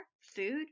food